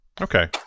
Okay